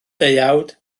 deuawd